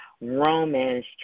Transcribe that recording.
Romans